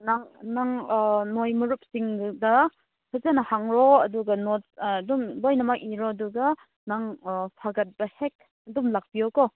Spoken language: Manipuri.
ꯑꯥ ꯅꯣꯏ ꯃꯔꯨꯞꯁꯤꯡꯗ ꯐꯖꯅ ꯍꯪꯂꯣ ꯑꯗꯨꯒ ꯅꯣꯠꯁ ꯑꯥ ꯑꯗꯨꯝ ꯂꯣꯏꯅꯃꯛ ꯏꯔꯣ ꯑꯗꯨꯒ ꯅꯪ ꯑꯥ ꯐꯒꯠꯄ ꯍꯦꯛ ꯑꯗꯨꯝ ꯂꯥꯛꯄꯤꯌꯣꯀꯣ